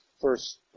first